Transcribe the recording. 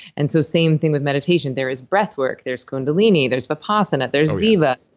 and so same thing with meditation. there is breathwork there's kundalini. there's vipassana. there's ziva.